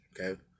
okay